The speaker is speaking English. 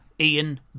Ian